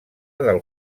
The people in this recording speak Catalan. del